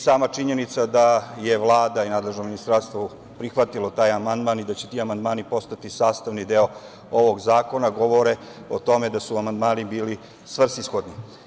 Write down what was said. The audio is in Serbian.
Sama činjenica da je Vlada i nadležno ministarstvo prihvatilo taj amandman i da će ti amandmani postati sastavni deo ovog zakona govore o tome da su amandmani bili svrsishodni.